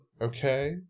Okay